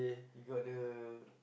they got the